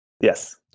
Yes